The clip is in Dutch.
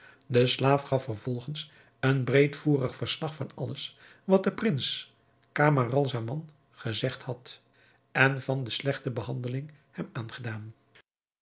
de slaaf gaf vervolgens een breedvoerig verslag van alles wat de prins camaralzaman gezegd had en van de slechte behandeling hem aangedaan